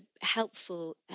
helpful